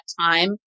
time